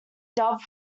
dubbed